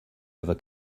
ever